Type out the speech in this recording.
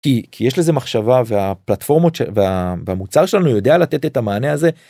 כי יש לזה מחשבה והפלטפורמות, והמוצר שלנו יודע לתת את המענה הזה